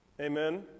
Amen